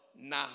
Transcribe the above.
now